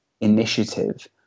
initiative